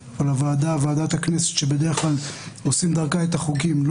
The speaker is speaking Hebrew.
ועדת הכנסת שבדרך כלל עושים דרכה את החוקים,